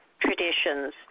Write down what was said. traditions